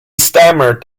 stammered